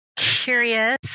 Curious